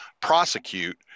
prosecute